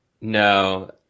No